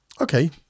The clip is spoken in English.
Okay